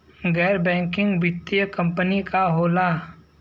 गैर बैकिंग वित्तीय कंपनी का होला?